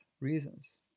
reasons